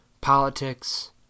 Politics